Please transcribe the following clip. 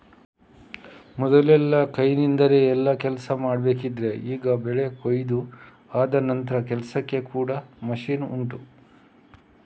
ಮೊದಲೆಲ್ಲ ಕೈನಿಂದಾನೆ ಎಲ್ಲಾ ಕೆಲ್ಸ ಮಾಡ್ಬೇಕಿದ್ರೆ ಈಗ ಬೆಳೆ ಕೊಯಿದು ಆದ ನಂತ್ರದ ಕೆಲ್ಸಕ್ಕೆ ಕೂಡಾ ಮಷೀನ್ ಉಂಟು